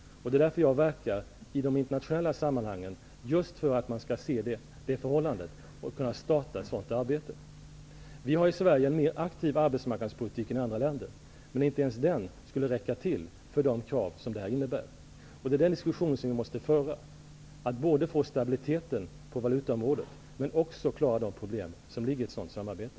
Det är därför jag har verkat i de internationella sammanhangen för att man skall se det förhållandet och kunna starta ett sådant samarbete. Vi för i Sverige en mer aktiv arbetsmarknadspolitik än andra länder, men inte ens den skulle räcka till för de krav som detta innebär. Det är därför som vi måste både få stabilitet på valutområdet och också klara de problem som ligger i ett sådant samarbete.